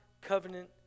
covenant